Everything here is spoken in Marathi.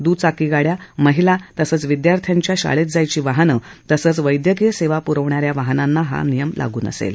दुचाकी गाड्या महिला तसंच विद्यार्थ्यांच्या शाळेत जायची वाहनं तसंच वैद्यकीय सेवा पुरवणा या वाहनांना हा नियम लागू नसेल